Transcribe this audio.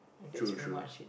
true true